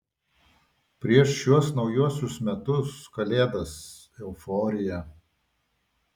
prieš šiuos naujuosius metus kalėdas euforija